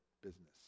business